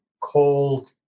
cold